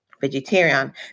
vegetarian